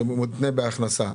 זה מותנה בהכנסה.